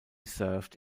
served